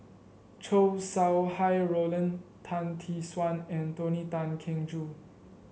Chow Sau Hai Roland Tan Tee Suan and Tony Tan Keng Joo